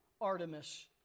Artemis